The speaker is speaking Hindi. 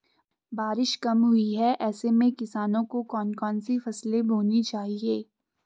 बारिश कम हुई है ऐसे में किसानों को कौन कौन सी फसलें बोनी चाहिए?